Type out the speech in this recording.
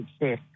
success